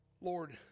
Lord